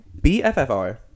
BFFR